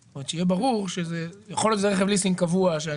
יכול להיות שזה רכב ליסינג קבוע,